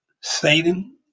Satan